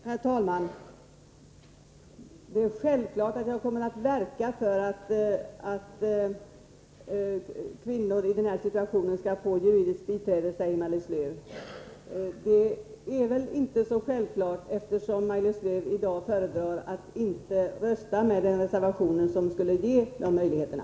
Herr talman! Självklart kommer jag att verka för att kvinnor i denna situation skall få juridiskt biträde, säger Maj-Lis Lööw. Det är väl inte så självklart, eftersom Maj-Lis Lööw i dag föredrar att inte rösta med den reservation som skulle ge de möjligheterna.